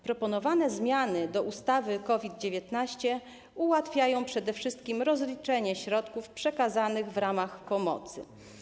Proponowane zmiany do ustawy COVID-19 ułatwiają przede wszystkim rozliczenie środków przekazanych w ramach pomocy.